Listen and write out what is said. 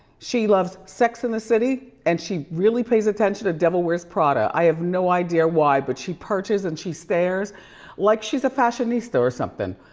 she loves sex and the city and she really pays attention to devil wears prada. i have no idea why, but she perches and she stares like she's a fashionista or something,